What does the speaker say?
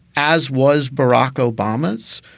as was barack obama's.